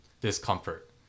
discomfort